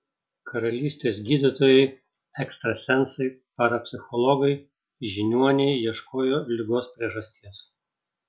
karalystės gydytojai ekstrasensai parapsichologai žiniuoniai ieškojo ligos priežasties